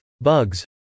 bugs